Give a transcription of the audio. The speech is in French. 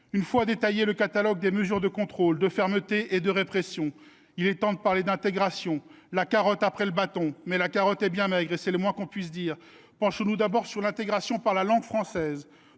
Une fois détaillé le catalogue des mesures de contrôle, de fermeté et de répression, il est temps maintenant de parler d’intégration : la carotte après le bâton. Mais la carotte est bien maigre, c’est le moins que l’on puisse dire ! Penchons nous tout d’abord sur l’intégration par la langue française.